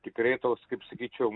tikrai toks kaip sakyčiau